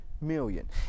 million